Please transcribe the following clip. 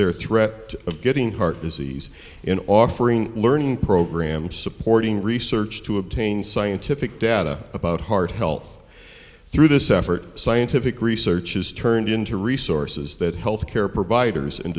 their threat of getting heart disease in offering learning programs supporting research to obtain scientific data about heart health through this effort scientific research is turned into resources that healthcare providers and